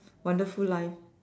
wonderful life